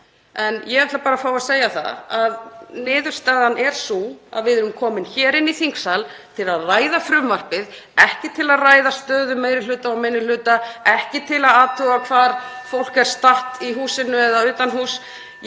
Ég ætla að fá að segja það að niðurstaðan er sú að við erum komin hér inn í þingsal til að ræða frumvarpið, ekki til að ræða stöðu meiri hluta og minni hluta, ekki til að athuga hvar fólk er statt í húsinu eða utan húss.